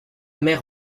mer